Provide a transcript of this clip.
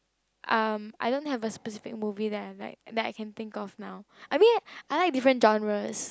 um I don't have a specific movie that I like that I can think of now I mean I like different genres